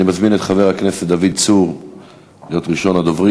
אני מזמין את חבר הכנסת דוד צור להיות ראשון הדוברים,